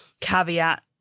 caveat